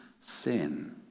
sin